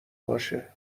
باشه